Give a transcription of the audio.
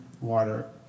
water